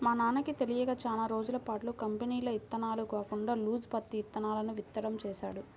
మా నాన్నకి తెలియక చానా రోజులపాటు కంపెనీల ఇత్తనాలు కాకుండా లూజు పత్తి ఇత్తనాలను విత్తడం చేశాడు